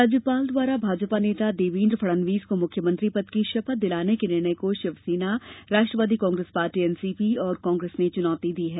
राज्यपाल द्वारा भाजपा नेता देवेन्द्र फडणवीस को मुख्यमंत्री पद की शपथ दिलाने के निर्णय को Shivsena Rashtravadi Congress Party NCP और कांग्रेस ने चुनौती दी है